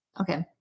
Okay